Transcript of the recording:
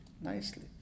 nicely